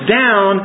down